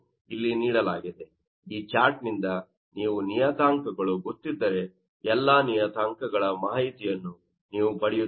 ಆದ್ದರಿಂದ ಈ ಚಾರ್ಟ್ನಿಂದ ನೀವು 2 ನಿಯತಾಂಕಗಳು ಗೊತ್ತಿದ್ದರೆ ಎಲ್ಲಾ ನಿಯತಾಂಕಗಳ ಮಾಹಿತಿಯನ್ನು ನೀವು ಪಡೆಯುತ್ತೀರಿ